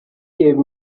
gave